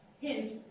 hint